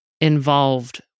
involved